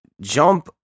jump